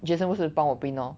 jason 不是帮我 print lor